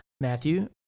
Matthew